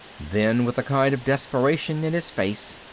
then, with a kind of desperation in his face,